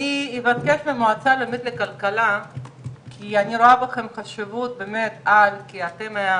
אני אבקש ממך ליצור קשר עם מטה התכנון, ואתם עם